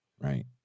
right